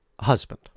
husband